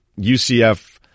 UCF